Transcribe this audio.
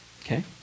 okay